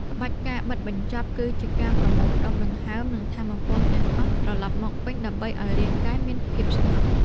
ក្បាច់ ការបិទបញ្ចប់ គឺជាការប្រមូលផ្ដុំដង្ហើម និងថាមពលទាំងអស់ត្រឡប់មកវិញ ដើម្បីឱ្យរាងកាយមានភាពស្ងប់។